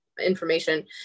information